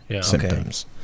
symptoms